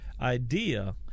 idea